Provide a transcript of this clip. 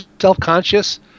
self-conscious